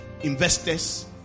investors